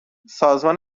سازمان